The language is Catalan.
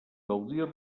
gaudir